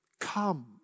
come